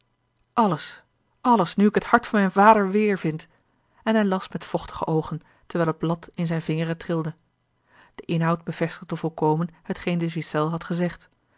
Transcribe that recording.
alles alles nu ik het hart van mijn vader weêrvind en hij las met vochtige oogen terwijl het blad in zijne vingeren trilde de inhoud bevestigde volkomen hetgeen de ghiselles had gezegd